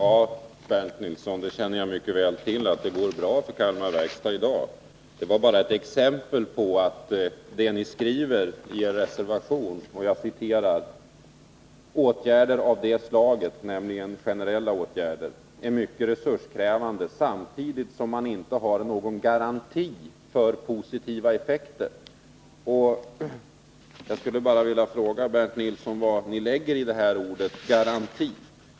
Herr talman! Jag känner mycket väl till att det går bra för Kalmar Verkstad i dag, Bernt Nilsson. Det var bara ett exempel på det ni skriver i er reservation 1: ”Åtgärder av det slaget” — nämligen generella åtgärder — ”är mycket resurskrävande samtidigt som man inte har någon garanti för positiva effekter.” Jag skulle bara vilja fråga Bernt Nilsson vad ni lägger in för betydelse i ordet garanti.